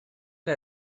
era